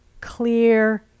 clear